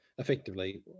effectively